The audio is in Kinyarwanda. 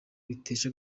bitesha